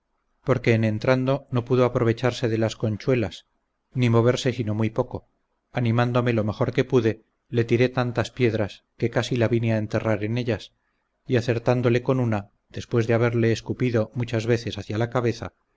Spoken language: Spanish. porque en entrando no pudo aprovecharse de las conchuelas ni moverse sino muy poco animándome lo mejor que pude le tiré tantas piedras que casi la vine a enterrar en ellas y acertándole con una después de haberle escupido muchas veces hacia la cabeza